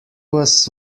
was